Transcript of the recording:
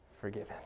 forgiven